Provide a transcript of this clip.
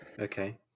Okay